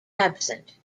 absent